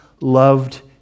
loved